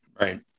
Right